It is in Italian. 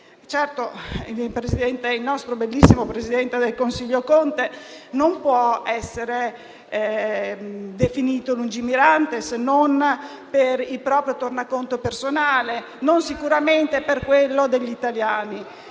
Certo, il nostro bellissimo presidente del Consiglio Conte non può essere definito lungimirante, se non per il proprio tornaconto personale, non sicuramente per quello degli italiani.